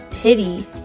pity